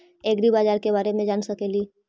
ऐग्रिबाजार के बारे मे जान सकेली?